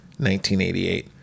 1988